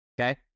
okay